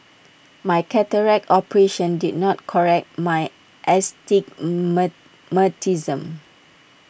my cataract operation did not correct my